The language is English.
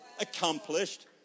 accomplished